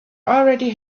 already